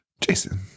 Jason